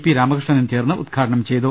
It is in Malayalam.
പി രാമകൃഷ്ണനും ചേർന്ന് ഉദ്ഘാടനം ചെയ്തു